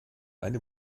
eine